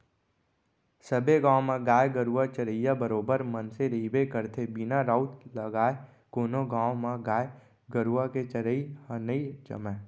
सबे गाँव म गाय गरुवा चरइया बरोबर मनसे रहिबे करथे बिना राउत लगाय कोनो गाँव म गाय गरुवा के चरई ह नई जमय